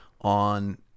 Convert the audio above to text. on